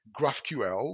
GraphQL